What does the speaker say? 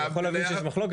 אני יכול להבין שיש מחלוקת.